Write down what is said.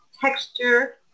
texture